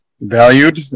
Valued